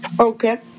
Okay